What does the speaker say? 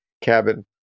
cabin